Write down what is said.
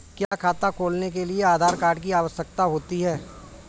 क्या खाता खोलने के लिए आधार कार्ड की आवश्यकता होती है?